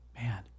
man